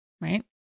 right